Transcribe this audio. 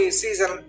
season